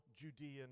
Judean